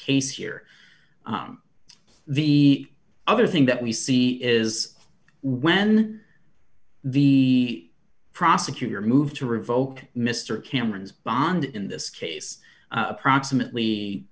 case here the other thing that we see is when the prosecutor moved to revoke mr cameron's bond in this case approximately